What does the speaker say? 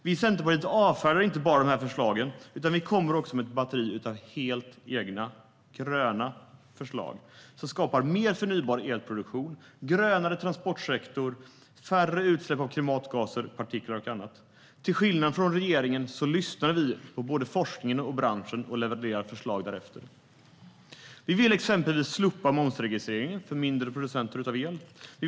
Vi i Centerpartiet avfärdar inte bara de förslagen, utan vi kommer också med ett helt batteri av egna gröna förslag som skapar mer förnybar elproduktion, grönare transportsektor och färre utsläpp av klimatgaser, partiklar och annat. Till skillnad från regeringen lyssnar vi på både forskningen och branschen och levererar förslag därefter. Vi vill exempelvis: Slopa momsregistreringen för mindre producenter av el.